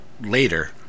later